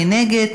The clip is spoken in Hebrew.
מי נגד?